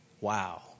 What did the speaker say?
Wow